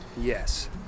Yes